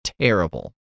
terrible